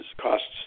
costs